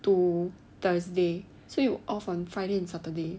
to thursday so you off on friday and saturday